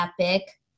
epic